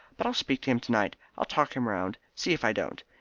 but i'll speak to him tonight. i'll talk him round. see if i don't.